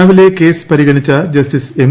രാവിലെ കേസ് പരിഗണിച്ച justice M